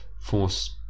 force